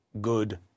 good